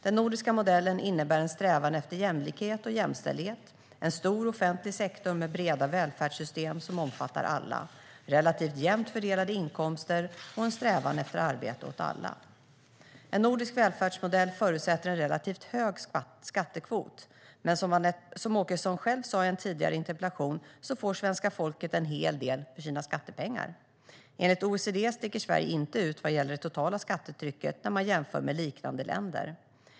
Den nordiska modellen innebär en strävan efter jämlikhet och jämställdhet, en stor offentlig sektor med breda välfärdssystem som omfattar alla, relativt jämnt fördelade inkomster och en strävan efter arbete åt alla. En nordisk välfärdsmodell förutsätter en relativt hög skattekvot. Men som Åkesson själv sa i en tidigare interpellation får svenska folket en hel del för sina skattepengar. Enligt OECD sticker Sverige inte ut vad gäller det totala skattetrycket när man jämför med liknande länder.